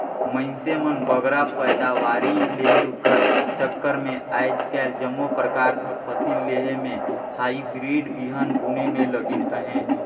मइनसे मन बगरा पएदावारी लेहे कर चक्कर में आएज काएल जम्मो परकार कर फसिल लेहे में हाईब्रिड बीहन बुने में लगिन अहें